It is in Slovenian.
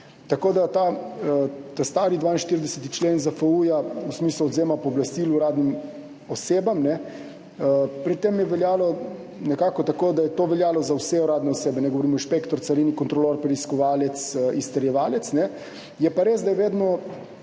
Ta stari 42. člen ZFU v smislu odvzema pooblastil uradnim osebam, pri tem je veljalo nekako tako, da je to veljalo za vse uradne osebe, govorim o inšpektorju, carini, kontrolorju, preiskovalcu, izterjevalcu. Je pa res, da je treba